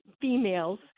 females